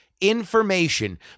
information